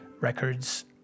records